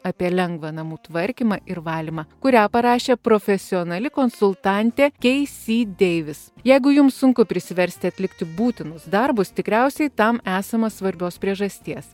apie lengvą namų tvarkymą ir valymą kurią parašė profesionali konsultantė keisy deivis jeigu jums sunku prisiversti atlikti būtinus darbus tikriausiai tam esama svarbios priežasties